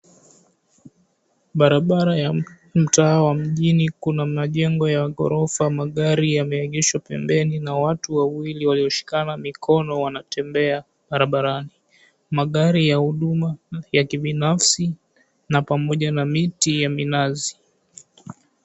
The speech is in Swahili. Barabara ya mtaa wa mjini kuna majengo ya gorofa magari yameengeshwa pembeni na watu wawili walioshikana mikono wanatembea barabarani. Magari ya huduma ya kibinafsi na pamoja na miti ya minazi.